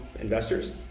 investors